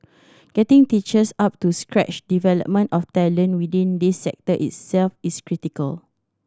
getting teachers up to scratch development of talent within this sector itself is critical